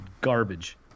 garbage